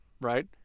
right